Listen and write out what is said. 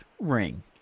ring